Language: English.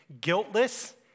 guiltless